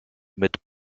mit